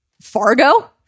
Fargo